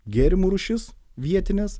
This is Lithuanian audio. gėrimų rūšis vietines